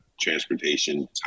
transportation